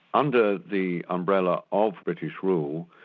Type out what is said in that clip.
under the umbrella of british rule,